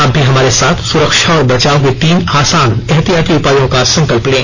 आप भी हमारे साथ सुरक्षा और बचाव के तीन आसान एहतियाती उपायों का संकल्प लें